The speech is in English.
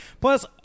plus